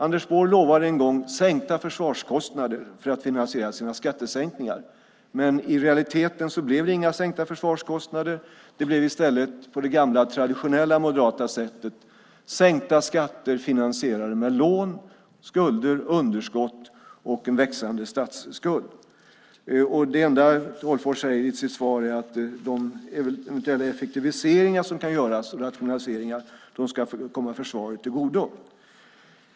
Anders Borg lovade en gång sänkta försvarskostnader för att finansiera sina skattesänkningar, men i realiteten blev det inga sänkta försvarskostnader. Det blev i stället på det gamla traditionella moderata sättet: sänkta skatter finansierade med lån, skulder, underskott och en växande statsskuld. Det enda Tolgfors säger i sitt svar är att de eventuella effektiviseringar och rationaliseringar som kan göras ska komma försvaret till godo.